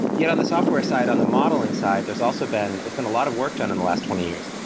yet, on the software side, on the modeling side, there's also been there's been a lot of work done on the last twenty years.